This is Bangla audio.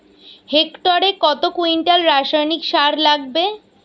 হেক্টরে কত কুইন্টাল রাসায়নিক সার লাগবে?